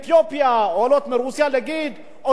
לומר: עולות זונות,